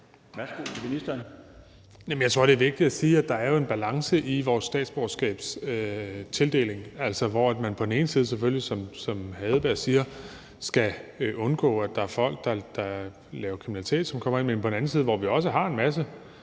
Jeg tror, det er vigtigt at sige, at der jo er en balance i vores statsborgerskabstildeling, hvor man altså på den ene side selvfølgelig – som hr. Kim Edberg Andersen siger – skal undgå, at der er folk, der laver kriminalitet, og som kommer ind, men hvor vi på den anden side også har en masse